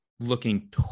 Looking